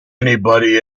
anybody